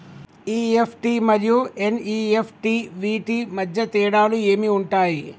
EFT మరియు NEFT వీటి మధ్య తేడాలు ఏమి ఉంటాయి?